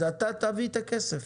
אז אתה תביא את הכסף.